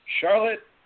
Charlotte